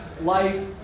life